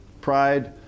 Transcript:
Pride